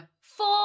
Four